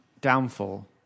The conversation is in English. downfall